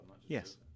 Yes